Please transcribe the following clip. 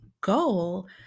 goal